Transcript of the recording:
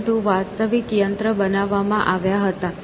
પરંતુ વાસ્તવિક યંત્ર બનાવવામાં આવી રહ્યા હતા